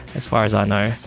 as far as i know.